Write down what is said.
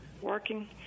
working